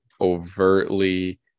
overtly